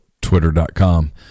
Twitter.com